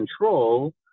control